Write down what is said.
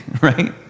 Right